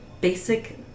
basic